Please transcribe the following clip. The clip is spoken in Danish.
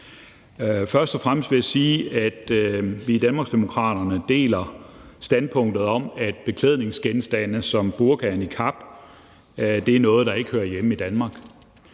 Først og fremmest vil jeg sige, at vi i Danmarksdemokraterne deler standpunktet om, at beklædningsgenstande som burka og niqab er noget, der ikke hører hjemme i Danmark.